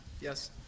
Yes